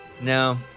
No